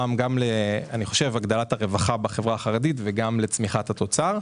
שגרם להגדלת הרווחה בחברה החרדית ולצמיחת התוצר,